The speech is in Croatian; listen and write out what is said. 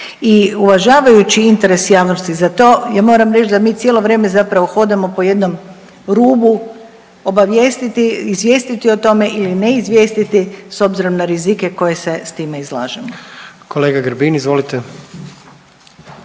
I uvažavajući interes javnosti za to, ja moram reći da mi cijelo vrijeme zapravo hodamo po jednom rubu obavijestiti, izvijestiti o tome ili ne izvijestiti s obzirom na rizike koje se s time izlažemo. **Jandroković,